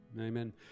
Amen